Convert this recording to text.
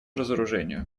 разоружению